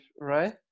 right